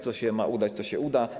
Co się ma udać, to się uda.